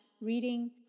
reading